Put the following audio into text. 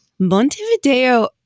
Montevideo